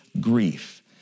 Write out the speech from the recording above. grief